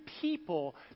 people